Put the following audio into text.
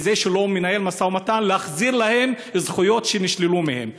בזה שהוא לא מנהל משא ומתן על להחזיר להם זכויות שנשללו מהם.